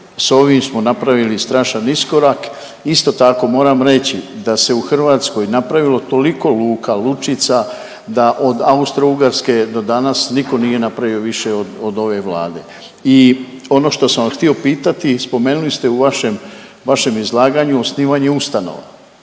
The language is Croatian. S ovim smo napravili strašan iskorak. Isto tako moram reći da se u Hrvatskoj napravilo toliko luka, lučica da od Austrougarske do danas niko nije napravio više od, od ove Vlade. I ono što sam vas htio pitati, spomenuli ste u vašem, vašem izlaganju osnivanje ustanova.